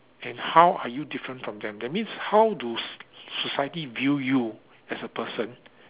and how are you different from them that means how do s~ society view you as a person